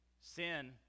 sin